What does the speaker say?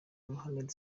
mohamed